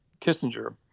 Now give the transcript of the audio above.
Kissinger